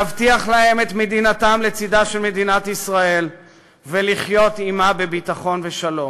להבטיח להם את מדינתם לצדה של מדינת ישראל ולחיות עמה בביטחון ובשלום.